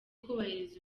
kubahiriza